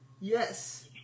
Yes